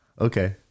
Okay